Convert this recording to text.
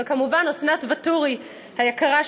וכמובן אסנת ואתורי היקרה,